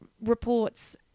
reports